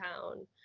town